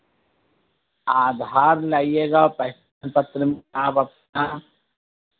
आधार लाइएगा पहचान पत्र आप अपना